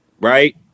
Right